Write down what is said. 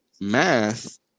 math